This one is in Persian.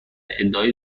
ادعای